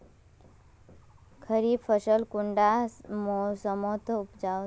खरीफ फसल कुंडा मोसमोत उपजाम?